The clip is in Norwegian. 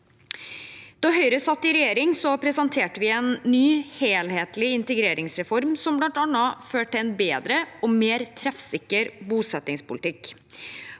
Da Høyre satt i regjering, presenterte vi en ny, helhetlig integreringsreform som bl.a. førte til en bedre og mer treffsikker bosettingspolitikk.